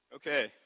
Okay